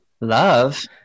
love